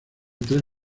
tres